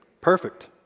Perfect